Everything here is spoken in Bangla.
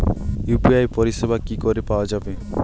ইউ.পি.আই পরিষেবা কি করে পাওয়া যাবে?